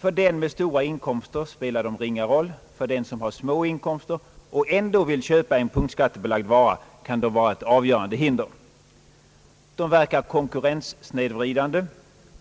För den med stora inkomster spelar de ringa roll; för den som har små inkomster och ändå vill köpa en punktskattebelagd vara kan de vara ett avgörande hinder. De verkar konkurrenssnedvridande.